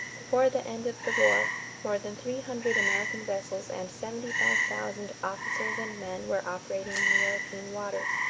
before the end of the war more than three hundred american vessels and seventy five thousand officers and men were operating in european waters.